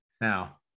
Now